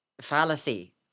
fallacy